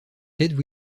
ted